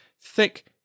thick